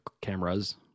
cameras